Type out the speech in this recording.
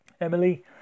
Emily